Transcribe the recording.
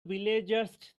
villagers